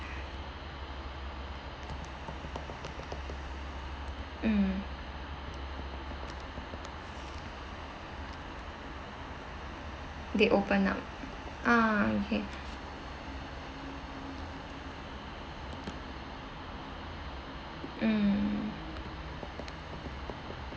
mm they opened up ah okay mm